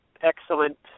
excellent